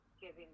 giving